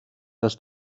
dass